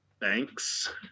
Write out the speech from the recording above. thanks